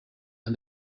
and